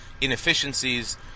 inefficiencies